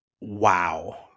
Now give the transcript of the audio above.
Wow